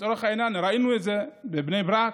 לצורך העניין ראינו את זה בבני ברק,